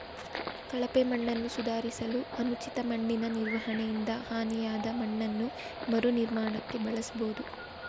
ಕಳಪೆ ಮಣ್ಣನ್ನು ಸುಧಾರಿಸಲು ಅನುಚಿತ ಮಣ್ಣಿನನಿರ್ವಹಣೆಯಿಂದ ಹಾನಿಯಾದಮಣ್ಣನ್ನು ಮರುನಿರ್ಮಾಣಕ್ಕೆ ಬಳಸ್ಬೋದು